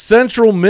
Central